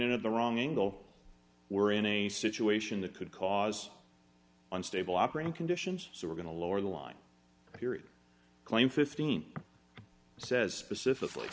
in at the wrong angle we're in a situation that could cause unstable operating conditions so we're going to lower the line here claim fifteen says specifically